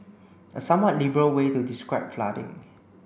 a somewhat liberal way to describe flooding